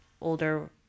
older